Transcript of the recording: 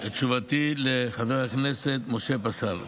את תשובתי לחבר הכנסת משה פסל.